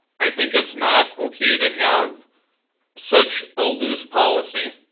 i think it's not okay to have such a loose policy,